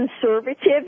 conservative